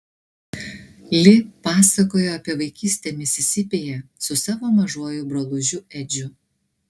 li pasakojo apie vaikystę misisipėje su savo mažuoju brolužiu edžiu